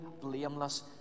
blameless